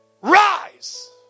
Rise